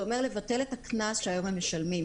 זה אומר לבטל את הקנס שהיום הם משלמים,